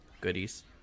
goodies